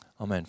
Amen